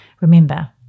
remember